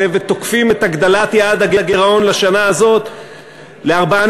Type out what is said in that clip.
ותוקפים את הגדלת יעד הגירעון לשנה הזאת ל-4.65%.